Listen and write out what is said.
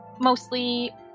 mostly